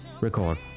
record